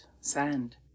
sand